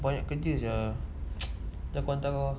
banyak kerja sia dia kata